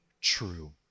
true